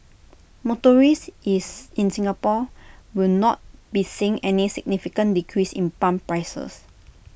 motorists is in Singapore will not be seeing any significant decrease in pump prices